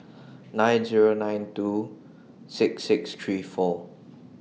nine Zero nine two six six three four